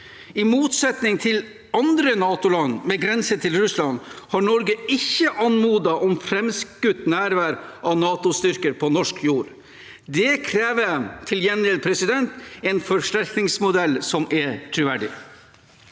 I motsetning til andre NATO-land med grense til Russland har Norge ikke anmodet om framskutt nærvær av NATO-styrker på norsk jord. Det krever til gjengjeld en forsterkningsmodell som er troverdig.